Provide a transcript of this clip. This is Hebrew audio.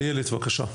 איילת, בבקשה.